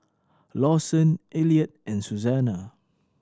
Lawson Elliott and Susanna